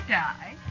die